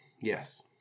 yes